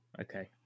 Okay